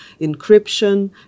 encryption